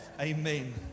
Amen